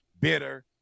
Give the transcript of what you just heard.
bitter